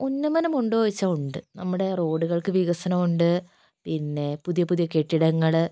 ഉന്നമനം ഉണ്ടോ ചോദിച്ചാൽ ഉണ്ട് നമ്മുടെ റോഡുകൾക്ക് വികസനം ഉണ്ട് പിന്നെ പുതിയ പുതിയ കെട്ടിടങ്ങൾ